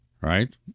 Right